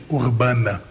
urbana